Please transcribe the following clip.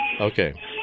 okay